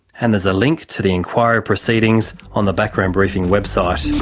and there's a link to the inquiry proceedings on the background briefing website.